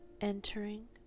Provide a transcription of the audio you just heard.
entering